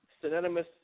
synonymous